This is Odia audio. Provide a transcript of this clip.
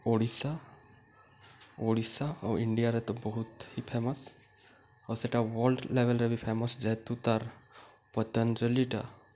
ଓଡ଼ିଶା ଓଡ଼ିଶା ଓ ଇଣ୍ଡିଆରେ ତ ବହୁତ ହି ଫେମସ୍ ଆଉ ସେଇଟା ୱାର୍ଲଡ଼ ଲେଭେଲ୍ରେ ବି ଫେମସ୍ ଯେହେତୁ ତାର୍ ପତଞ୍ଜଲିଟା